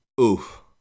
Oof